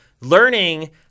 Learning